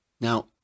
Now